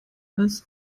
als